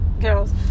girls